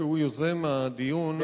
שהוא יוזם הדיון,